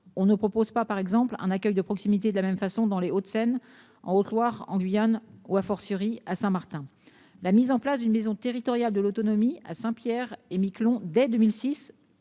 on ne propose pas un accueil de proximité de la même façon dans les Hauts-de-Seine, en Haute-Loire, en Guyane, ou à Saint-Martin. La mise en place, dès 2006, d'une maison territoriale de l'autonomie à Saint-Pierre-et-Miquelon résulte